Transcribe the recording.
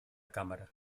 cámara